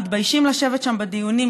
מתביישים לשבת שם בדיונים,